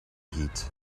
giet